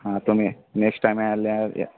हां तुम्ही next time याल्या या